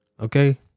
Okay